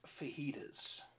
fajitas